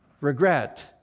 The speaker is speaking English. regret